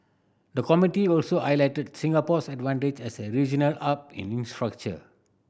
the committee also highlighted to Singapore's advantage as a regional hub in infrastructure